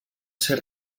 ser